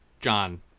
john